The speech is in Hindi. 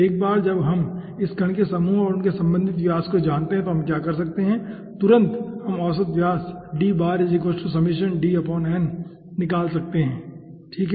तो एक बार जब हम इस कण के समूह और उनके संबंधित व्यास को जानते हैं तो हम क्या कर सकते हैं तुरंत हम औसत व्यास निकाल सकते है ठीक है